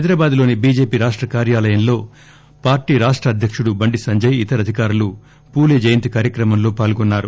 హైదరాబాద్ లోని బీజేపీ రాష్ట కార్యాలయంలో పార్టీ రాష్ట అధ్యకుడు బండి సంజయ్ఇతర అధికారులు పూలే జయంతి కార్యక్రమం లో పాల్గొన్నారు